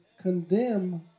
condemn